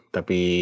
Tapi